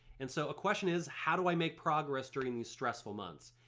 and so a question is how do i make progress during these stressful months,